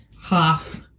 half